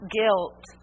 guilt